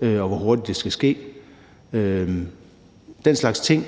og hvor hurtigt det skal ske. Den slags ting